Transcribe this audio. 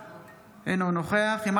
אינו נוכח יאסר חוג'יראת,